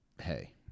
hey